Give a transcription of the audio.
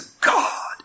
God